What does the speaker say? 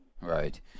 Right